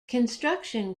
construction